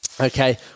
Okay